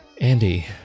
Andy